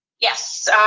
Yes